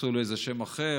שמצאו לו איזה שם אחר,